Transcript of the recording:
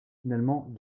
finalement